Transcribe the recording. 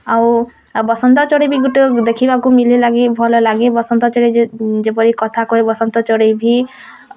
ଆଉ ବସନ୍ତ ଚଢ଼େଇ ବି ଗୋଟେ ଦେଖିବାକୁ ମିଳେ ଲାଗେ ଭଲ ଲାଗେ ବସନ୍ତ ଚଢ଼େଇ ଯେପରି କଥା କହେ ବସନ୍ତ ଚଢ଼େଇ ବି